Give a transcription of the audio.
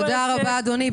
תודה רבה אדוני.